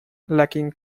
lacking